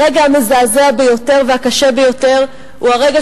הרגע המזעזע ביותר והקשה ביותר הוא הרגע